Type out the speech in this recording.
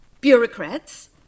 bureaucrats